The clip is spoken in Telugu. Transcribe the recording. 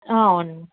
అవును